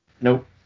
Nope